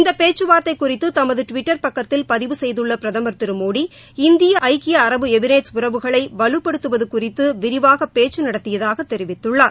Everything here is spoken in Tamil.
இந்த பேச்சுவார்த்தை குறித்து தமது டுவிட்டர் பக்கத்தில் பதிவு செய்துள்ள பிரதமர் திரு மோடி இந்திய ஐக்கிய அரபு எமிரேட்ஸ் உறவுகளை வலுப்படுத்துவது குறித்து விரிவாக பேக்க நடத்தியதாக தெரிவித்துள்ளார்